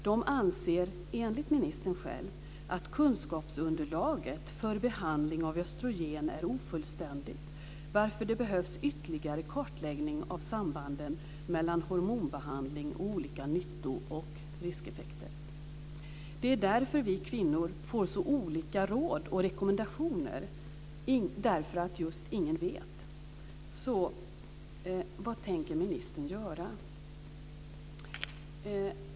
Den anser, enligt ministern själv, att kunskapsunderlaget för behandling av östrogen är ofullständigt varför det behövs ytterligare kartläggning av sambanden mellan hormonbehandling och olika nytto och riskeffekter. Det är ju därför vi kvinnor får så olika råd och rekommendationer, just därför att ingen vet. Vad tänker ministern göra?